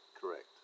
Correct